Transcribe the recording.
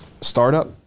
startup